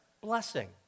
blessing